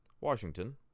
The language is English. Washington